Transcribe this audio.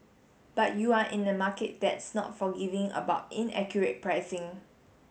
but you're in a market that's not forgiving about inaccurate pricing